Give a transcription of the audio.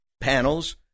panels